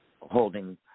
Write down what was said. holding